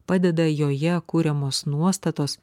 padeda joje kuriamos nuostatos